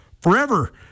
forever